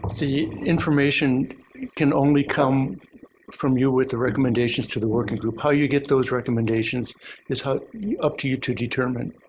the information can only come from you with the recommendations to the working group. how you get those recommendations is up to you to determine.